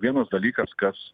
vienas dalykas kas